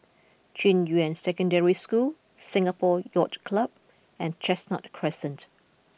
Junyuan Secondary School Singapore Yacht Club and Chestnut Crescent